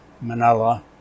Manila